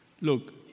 Look